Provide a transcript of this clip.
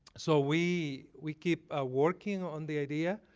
so we we keep ah working on the idea.